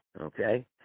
okay